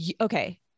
Okay